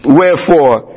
wherefore